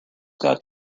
got